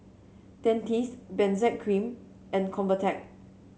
Dentiste Benzac Cream and Convatec